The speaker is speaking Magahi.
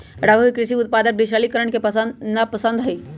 राघव के कृषि उत्पादक के डिजिटलीकरण करे ला पसंद हई